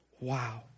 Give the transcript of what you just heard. Wow